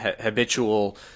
habitual